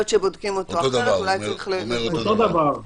אותו דבר.